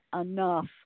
enough